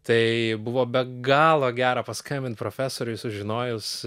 tai buvo be galo gera paskambint profesoriui sužinojus